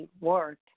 work